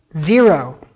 zero